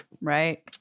right